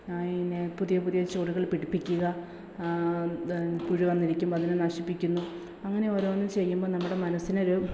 അതിനെ പുതിയ പുതിയ ചുവടുകൾ പിടിപ്പിക്കുക പുഴു വന്നിരിക്കുമ്പോൾ അതിനെ നശിപ്പിക്കുന്നു അങ്ങനെ ഓരോന്ന് ചെയ്യുമ്പോൾ നമ്മുടെ മനസ്സിന് ഒരു